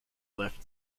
left